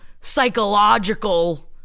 psychological